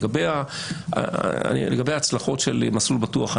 לגבי ההצלחות של מסלול בטוח.